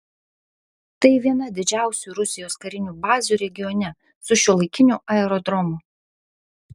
tai viena didžiausių rusijos karinių bazių regione su šiuolaikiniu aerodromu